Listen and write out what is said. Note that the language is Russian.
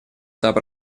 этап